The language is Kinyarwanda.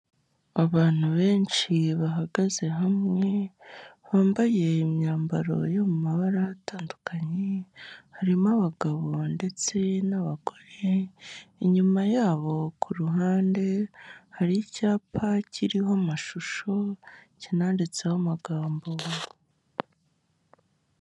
Abantu benshi bahagaze hamwe bambaye imyambaro yo mu mabara atandukanye, harimo abagabo ndetse n'abagore, inyuma yabo ku ruhande hari icyapa kiriho amashusho kinanditseho amagambo.